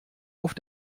auf